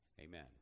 Amen